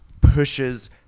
pushes